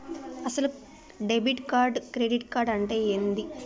అసలు debit card credit card అంటే ఏంది?